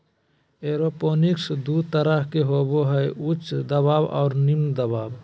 aeroponics दू तरह के होबो हइ उच्च दबाव और निम्न दबाव